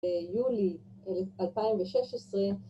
‫ביולי 2016.